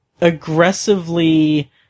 aggressively